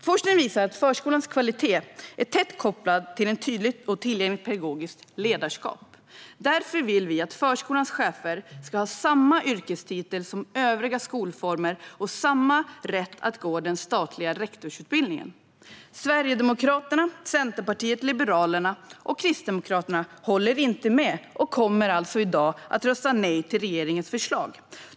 Forskning visar att förskolans kvalitet är tätt kopplad till ett tydligt och tillgängligt pedagogiskt ledarskap. Därför vill vi att förskolans chefer ska ha samma yrkestitel som i övriga skolformer och samma rätt att gå den statliga rektorsutbildningen. Sverigedemokraterna, Centerpartiet, Liberalerna och Kristdemokraterna håller inte med och kommer alltså i dag att rösta nej till regeringens förslag.